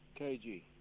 KG